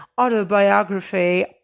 autobiography